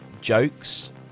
jokes